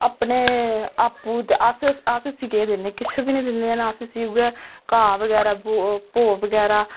अपने आपूं अस आपूं अस इसी केह् दिन्ने किश बी निं दिन्ने इसी उ'ऐ घाऽ बगैरा उ'ऐ भौऽ बगैरा